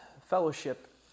fellowship